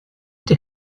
tim